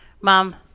Mom